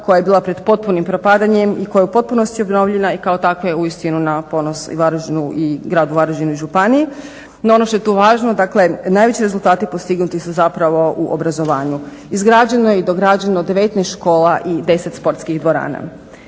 koja je bila pred potpunim propadanjem i koja je u potpunosti obnovljena i kao takva je uistinu na ponos i gradu Varaždinu i županiji. No ono što je tu važno, dakle najveći rezultati postignuti su zapravo u obrazovanju. Izgrađeno je i dograđeno 19 škola i 10 sportskih dvorana.